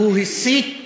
הוא הסית